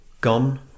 Gone